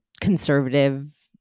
conservative